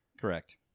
Correct